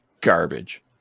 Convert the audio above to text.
garbage